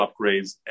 upgrades